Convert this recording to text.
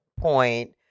point